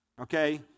Okay